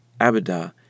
Abida